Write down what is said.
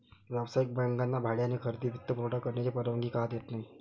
व्यावसायिक बँकांना भाड्याने खरेदी वित्तपुरवठा करण्याची परवानगी का देत नाही